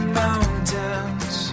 mountains